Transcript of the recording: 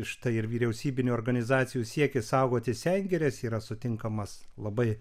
štai ir vyriausybinių organizacijų siekis saugoti sengires yra sutinkamas labai